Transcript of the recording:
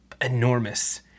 enormous